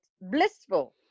blissful